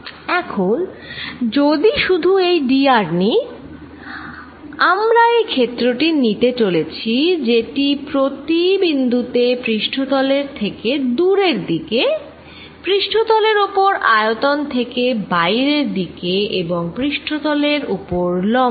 এখন যদি শুধু এই d r নিই আমরা এই ক্ষেত্রটি নিতে চলেছি যেটি প্রতি বিন্দু তে পৃষ্ঠতলের থেকে দুরের দিকে পৃষ্ঠতলের ওপর আয়তন থেকে বাইরের দিকে এবং পৃষ্ঠতলের উপর লম্ব